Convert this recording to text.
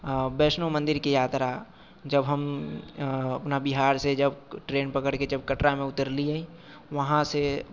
वैष्णो मन्दिरके यात्रा जब हम अपना बिहारसँ जब ट्रेन पकड़िके जब कटरामे उतरलियै वहाँसँ